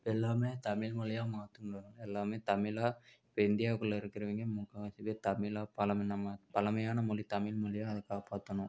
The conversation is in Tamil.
எல்லாமே தமிழ்மொழியாக மாற்றணுன்றனால எல்லாமே தமிழாக இப்போ இந்தியாக்குள்ளே இருக்கிறவிங்க முக்கால்வாசி பேர் தமிழாக பழமினமா பழமையான மொழி தமிழ்மொழியாக அதை காப்பாற்றணும்